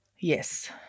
Yes